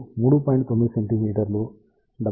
9 సెం